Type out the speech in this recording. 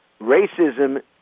racism